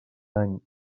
any